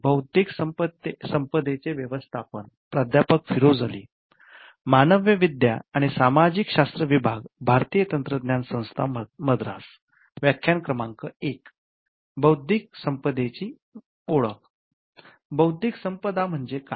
बौद्धिक संपदा म्हणजे काय